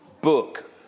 book